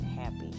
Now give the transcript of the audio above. happy